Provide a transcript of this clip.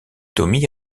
tommy